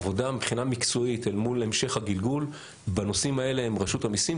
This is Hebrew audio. עבודה מבחינה מקצועית אל מול המשך הגלגול בנושאים האלה עם רשות המיסים,